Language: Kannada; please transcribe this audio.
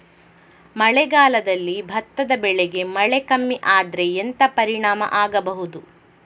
ಮಳೆಗಾಲದಲ್ಲಿ ಭತ್ತದ ಬೆಳೆಗೆ ಮಳೆ ಕಮ್ಮಿ ಆದ್ರೆ ಎಂತ ಪರಿಣಾಮ ಆಗಬಹುದು?